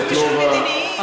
אלה שני דברים שונים לגמרי.